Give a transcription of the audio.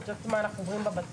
את יודעת מה אנחנו עוברים בבט"פ?